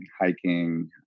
hiking